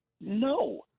No